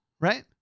right